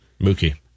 Mookie